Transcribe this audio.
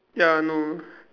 ya no